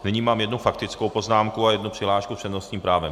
Nyní mám jednu faktickou poznámku a jednu přihlášku s přednostním právem.